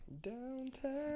Downtown